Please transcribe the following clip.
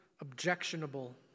objectionable